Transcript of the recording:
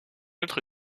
autre